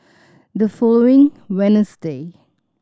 the following Wednesday